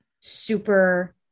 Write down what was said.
super